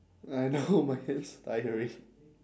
I know my hands tiring